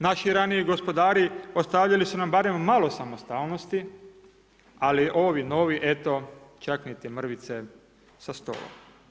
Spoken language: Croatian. Naši raniji gospodari ostavljali su nam barem malo samostalnosti, ali ovi novi, eto, čak niti mrvice sa stola.